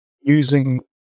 using